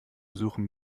besuchen